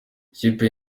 ikipe